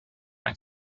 ein